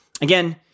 again